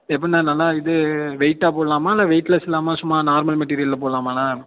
எப்புடிண்ணா நல்லா இது வெயிட்டாக போடலாமா இல்லை வெயிட்லெஸ் இல்லாமல் சும்மா நார்மல் மெட்டீரியலில் போடலாமாண்ணா